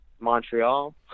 montreal